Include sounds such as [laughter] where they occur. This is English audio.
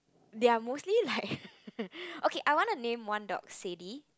they're mostly like [laughs] okay I want to name one dog Sadie